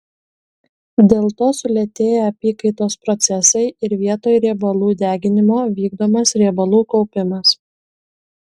dėl to sulėtėja apykaitos procesai ir vietoj riebalų deginimo vykdomas riebalų kaupimas